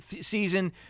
season